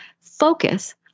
focus